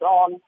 on